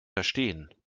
verstehen